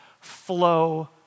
flow